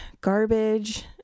garbage